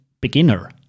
beginner